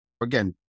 Again